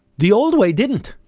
the old way didn't,